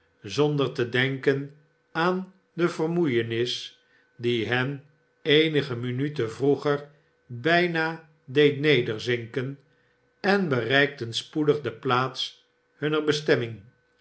zonder te denken aan de vermoeienis die hen eenige minuten vroeger bijna deed nederzinken en bereikten spoedig de plaats hunner bestemming